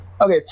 okay